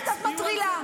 את מטרילה.